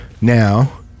now